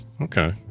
Okay